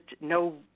no